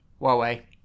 Huawei